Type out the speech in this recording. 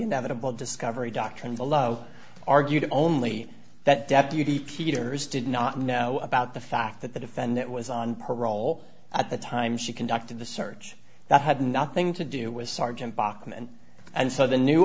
inevitable discovery doctrine below argued only that deputy peters did not know about the fact that the defendant was on parole at the time she conducted the search that had nothing to